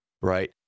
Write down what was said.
right